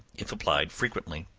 if applied frequently.